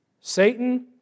Satan